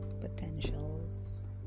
potentials